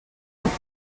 plait